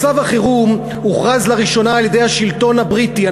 מצב החירום הוכרז לראשונה על-ידי השלטון הבריטי,